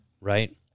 right